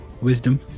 wisdom